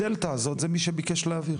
הדלתא הזאת זה מי שביקש להעביר.